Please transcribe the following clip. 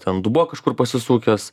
ten dubuo kažkur pasisukęs